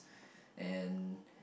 and